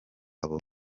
abo